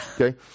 okay